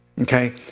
Okay